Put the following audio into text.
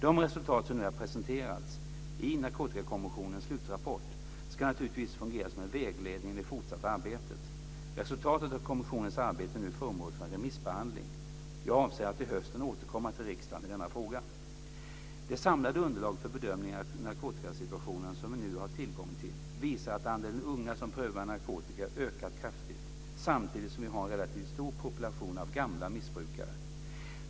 De resultat som nu har presenterats, i Narkotikakommissionens slutrapport, ska naturligtvis fungera som en vägledning i det fortsatta arbetet. Resultatet av kommissionens arbete är nu föremål för en remissbehandling. Jag avser att till hösten återkomma till riksdagen i denna fråga. De samlade underlag för bedömning av narkotikasituationen som vi nu har tillgång till visar att andelen unga som prövar narkotika ökat kraftigt, samtidigt som vi har en relativt stor population av "gamla" missbrukare.